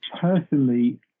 personally